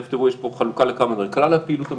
תכף תראו כלל הפעילות המבצעית,